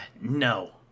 No